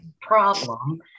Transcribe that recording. problem